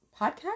podcast